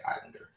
Islander